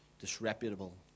disreputable